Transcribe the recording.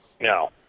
No